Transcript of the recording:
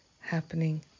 happening